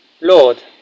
Lord